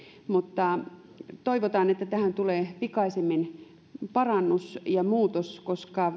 mutta toivotaan että tähän tulee pikaisimmin parannus ja muutos koska